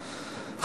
רבה.